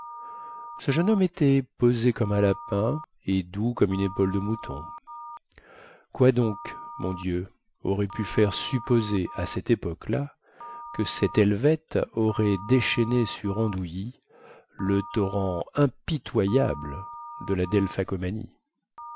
ce jeune homme était posé comme un lapin et doux comme une épaule de mouton quoi donc mon dieu aurait pu faire supposer à cette époque-là que cet helvète aurait déchaîné sur andouilly le torrent impitoyable de la delphacomanie